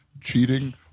cheating